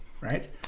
right